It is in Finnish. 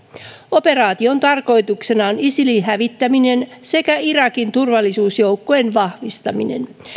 operaation tarkoituksena on isilin hävittäminen sekä irakin turvallisuusjoukkojen vahvistaminen